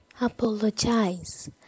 apologize